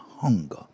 hunger